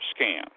scam